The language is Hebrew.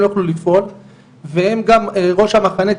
הם לא יוכלו לפעול והם גם ראש המחנה,